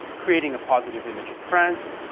creating a positive image of france,